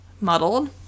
muddled